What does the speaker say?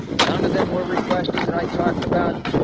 none of them were requested that i talked about.